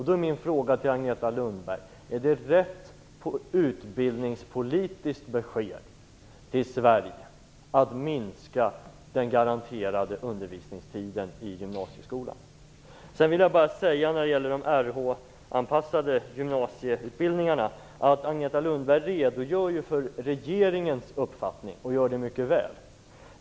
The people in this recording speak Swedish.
Då är min fråga till Agneta Lundberg: Är det rätt utbildningspolitiskt besked till Sverige att minska den garanterade undervisningstiden i gymnasieskolan? När det gäller de Rh-anpassade gymnasieutbildningarna redogör Agneta Lundberg för regeringens uppfattning. Hon gör det mycket väl.